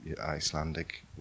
Icelandic